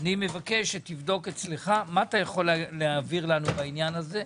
אני מבקש שתבדוק אצלך מה אתה יכול להעביר לנו בעניין הזה,